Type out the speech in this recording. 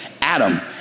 Adam